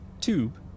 Tube